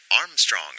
Armstrong